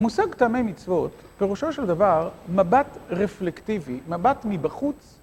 מושג טעמי מצוות, פירושו של דבר, מבט רפלקטיבי, מבט מבחוץ.